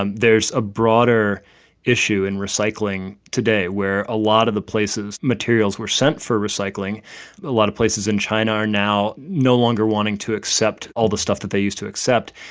um there's a broader issue in recycling today, where a lot of the places materials were sent for recycling a lot of places in china are now no longer wanting to accept all the stuff that they used to accept.